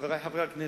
חברי חברי הכנסת,